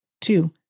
Two